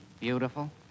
Beautiful